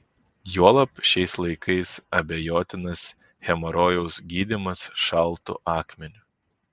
juolab šiais laikais abejotinas hemorojaus gydymas šaltu akmeniu